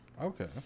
Okay